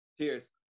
Cheers